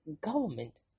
government